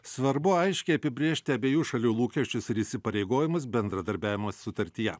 svarbu aiškiai apibrėžti abiejų šalių lūkesčius ir įsipareigojimus bendradarbiavimo sutartyje